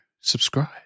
Subscribe